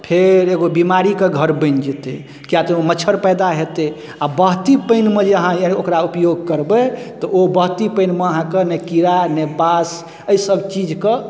फेर एगो बीमारी क घर बइन जेतै किआ तऽ ओ मच्छर पैदा हेतै आओर बहती पानिमे जे अहाँ ओकरा उपयोग करबै तऽ ओ बहती पानिमे अहाँके नै कीड़ा नै बास अय सब चीजक